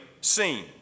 seen